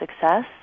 success